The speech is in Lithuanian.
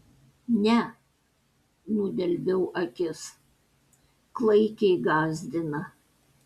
ne nudelbiau akis klaikiai gąsdina